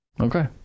okay